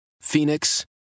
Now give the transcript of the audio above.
Phoenix